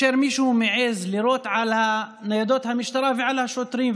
לירות על ניידות המשטרה ועל השוטרים,